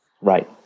Right